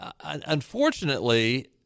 unfortunately